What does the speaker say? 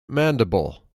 mandible